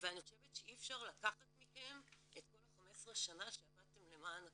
ואני חושבת שאי אפשר לקחת מכם את כל ה-15 שנה שעבדתם למען הקהילה.